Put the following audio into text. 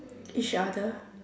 each other